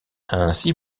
ainsi